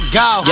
go